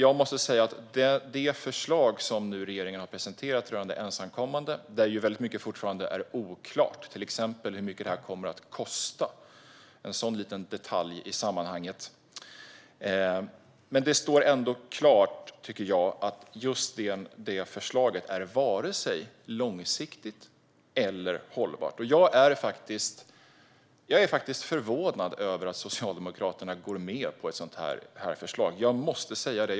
I det förslag som regeringen nu har presenterat rörande ensamkommande är väldigt mycket fortfarande oklart, till exempel hur mycket det här kommer att kosta - en sådan liten detalj i sammanhanget. Men det står ändå klart, tycker jag, att förslaget inte är vare sig långsiktigt eller hållbart. Jag är faktiskt förvånad över att Socialdemokraterna går med på ett sådant här förslag. Jag måste säga det.